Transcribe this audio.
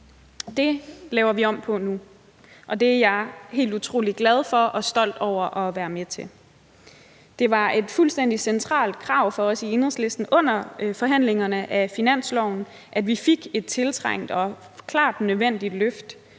Det laver vi om på nu, og det er jeg helt utrolig glad for og stolt over at være med til. Det var et fuldstændig centralt krav for os i Enhedslisten under forhandlingerne af finansloven, at vi fik et tiltrængt og klart nødvendigt løft